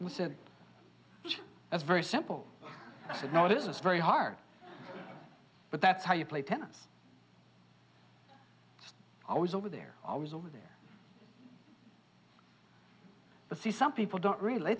said a very simple no it is very hard but that's how you play tennis it's always over there always over there but see some people don't really